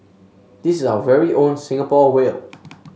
this is our very own Singapore whale